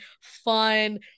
fun